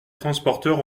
transporteurs